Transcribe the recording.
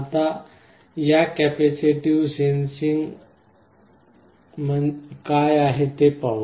आता या capacitive sensing काय आहे ते पाहू